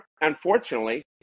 unfortunately